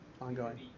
ongoing